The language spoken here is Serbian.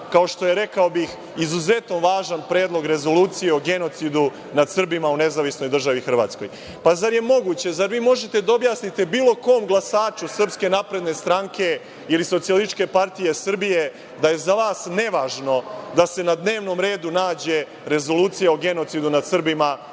kao što je, rekao bih, izuzetno važan predlog Rezolucije o genocidu nad Srbima u Nezavisnoj državi Hrvatskoj. Zar je moguće, zar možete da objasnite bilo kom glasaču SNS ili SPS da je za vas nevažno da se na dnevnom redu nađe Rezolucija o genocidu nad Srbima